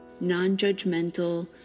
non-judgmental